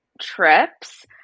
trips